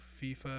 FIFA